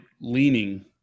leaning